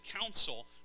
council